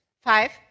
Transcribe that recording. Five